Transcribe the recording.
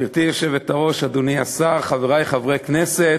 גברתי היושבת-ראש, אדוני השר, חברי חברי הכנסת,